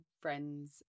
friends